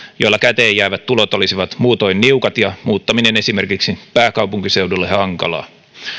joilla käteenjäävät tulot olisivat muutoin niukat ja muuttaminen esimerkiksi pääkaupunkiseudulle hankalaa